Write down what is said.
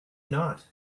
not